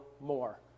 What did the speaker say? more